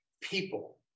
people